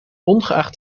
ongeacht